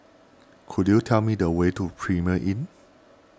could you tell me the way to Premier Inn